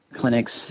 clinics